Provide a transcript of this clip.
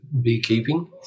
beekeeping